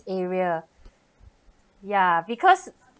area ya because